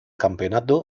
campeonato